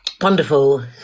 Wonderful